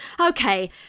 okay